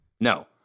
No